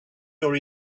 your